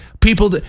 People